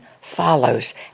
follows